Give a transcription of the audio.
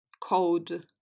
code